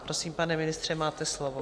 Prosím, pane ministře, máte slovo.